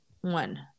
One